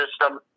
system